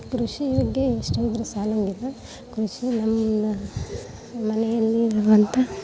ಕೃಷಿ ಬಗ್ಗೆ ಎಷ್ಟು ಹೇಳಿದರೂ ಸಾಲೊಂಗಿಲ್ಲ ಕೃಷಿ ನಮ್ಮ ಮನೆಯಲ್ಲಿರುವಂಥ